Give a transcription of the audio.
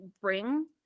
bring